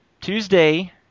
Tuesday